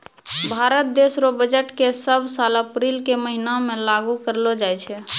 भारत देश रो बजट के सब साल अप्रील के महीना मे लागू करलो जाय छै